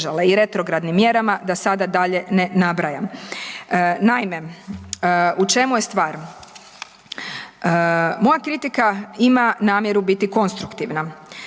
i retrogradnim mjerama da sada dalje ne nabrajam. Naime, u čemu je stvar? Moja kritika ima namjeru biti konstruktivna,